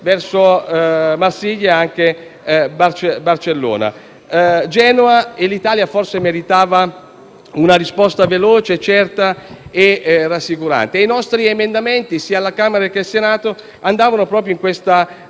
verso Marsiglia e Barcellona. Genova e l’Italia forse meritavano una risposta più veloce, certa e rassicurante. I nostri emendamenti, sia alla Camera che al Senato, andavano proprio in questa direzione,